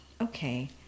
Okay